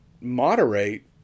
moderate